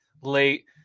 Late